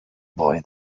boy